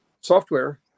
software